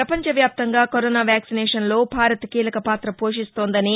పపంచవ్యాప్తంగా corona వ్యాక్సినేషన్లో భారత్ కీలకపాత పోషిస్తోందని